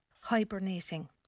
Hibernating